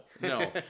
no